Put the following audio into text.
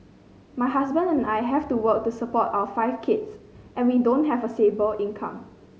my husband and I have to work to support our five kids and we don't have a stable income